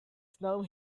snow